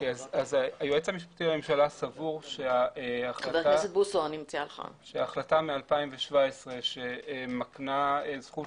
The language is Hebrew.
היועץ המשפטי לממשלה סבור שההחלטה מ-2017 שמקנה זכות